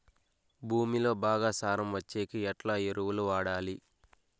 భూమిలో బాగా సారం వచ్చేకి ఎట్లా ఎరువులు వాడాలి?